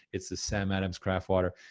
it's the sam adam's craft water.